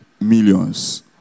millions